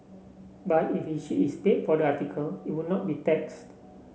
but if if she is paid for the article it would not be taxed